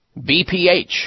BPH